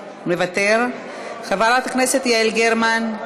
מוותר, חברת הכנסת יעל גרמן,